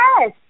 yes